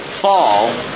fall